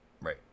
right